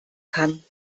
kann